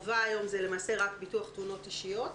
תשלומי חובה היום למעשה הם רק ביטוח תאונות אישיות.